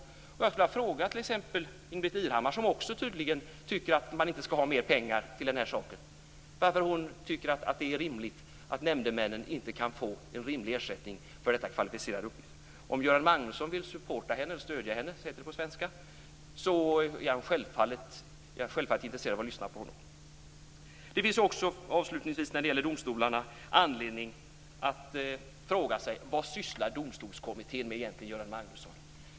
Jag skulle vilja fråga t.ex. Ingbritt Irhammar, som också tydligen anser att man inte skall ge mer pengar till detta, varför hon tycker det är rimligt att nämndemännen inte får en skälig ersättning för dessa kvalificerade uppgifter. Om Göran Magnusson vill stödja henne är jag självfallet intresserad av att lyssna på honom. När det gäller domstolarna finns det avslutningsvis anledning att fråga sig vad Domstolskommittén egentligen sysslar med.